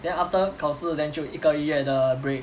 then after 考试 then 就一个月的 break